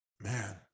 man